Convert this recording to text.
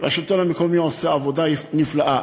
והשלטון המקומי עושה עבודה נפלאה,